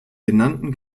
genannten